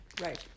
right